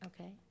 Okay